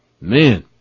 Man